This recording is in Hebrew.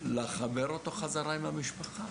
האלה ולחבר אותו חזרה אל המשפחה.